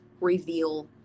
reveal